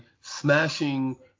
smashing